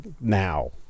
now